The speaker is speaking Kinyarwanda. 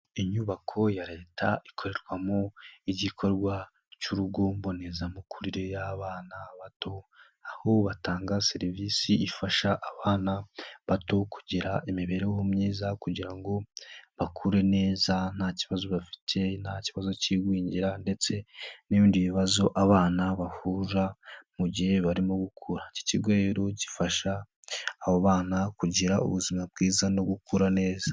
Inyubako ya leta ikorerwamo igikorwa cy'urugo mbonezamikurire y'abana bato, aho batanga serivisi ifasha abana bato kugira imibereho myiza, kugira ngo bakure neza nta kibazo bafite, nta kibazo k'igwingira, ndetse n'ibindi bibazo abana bahura mu gihe barimo gukura. Iki kigo gifasha abo bana kugira ubuzima bwiza, no gukura neza.